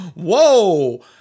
whoa